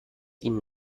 ihnen